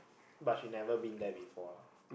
but she never been there before lah